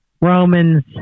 Romans